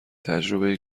تجربه